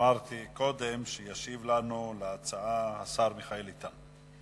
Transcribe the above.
אמרתי קודם שישיב לנו על ההצעות השר מיכאל איתן.